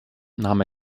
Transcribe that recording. nahm